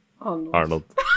Arnold